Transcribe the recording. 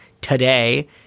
today